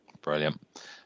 Brilliant